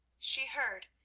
she heard,